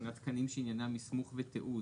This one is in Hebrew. מבחינת תקנים שעניינם מסמוך ותיעוד?